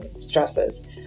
stresses